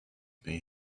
may